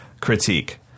critique